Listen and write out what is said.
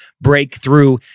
breakthrough